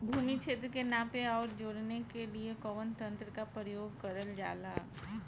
भूमि क्षेत्र के नापे आउर जोड़ने के लिए कवन तंत्र का प्रयोग करल जा ला?